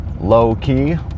low-key